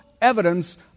evidence